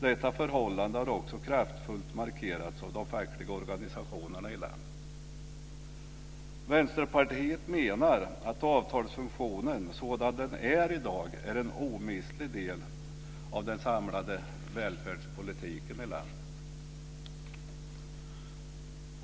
Detta förhållande har också kraftfullt markerats av de fackliga organisationerna i landet. Vänsterpartiet menar att avtalsfunktionen sådan den är i dag är en omistlig del av den samlade välfärdspolitiken i landet.